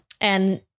And-